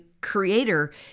creator